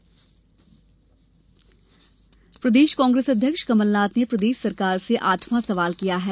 कमलनाथ प्रदेश कांग्रेस अध्यक्ष कमलनाथ ने प्रदेश सरकार से आठवां सवाल किया है